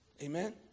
Amen